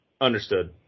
Understood